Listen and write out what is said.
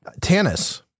Tannis